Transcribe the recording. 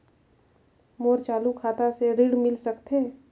मोर चालू खाता से ऋण मिल सकथे?